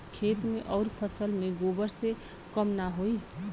खेत मे अउर फसल मे गोबर से कम ना होई?